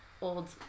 old